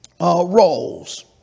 roles